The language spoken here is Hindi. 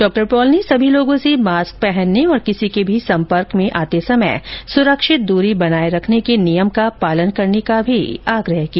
डॉक्टर पॉल ने सभी लोगों से मास्क पहनने और किसी के भी सम्पर्क में आते समय सुरक्षित दूरी बनाए रखने के नियम का पालन करने का भी आग्रह किया